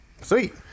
sweet